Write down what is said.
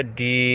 di